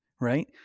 right